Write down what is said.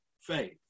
faith